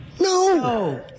No